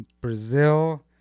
Brazil